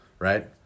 Right